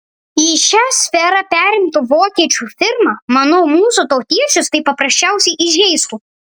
jei šią sferą perimtų vokiečių firma manau mūsų tautiečius tai paprasčiausiai įžeistų